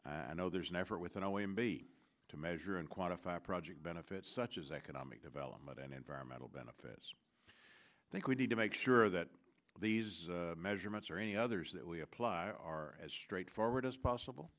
i know there's an effort with an o e m b to measure and quantify project benefits such as economic development and environmental benefits i think we need to make sure that these measurements or any others that we apply are as straightforward as possible